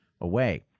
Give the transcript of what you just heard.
away